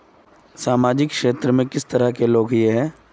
सामाजिक क्षेत्र में किस तरह के लोग हिये है?